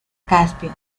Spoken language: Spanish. caspio